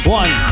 one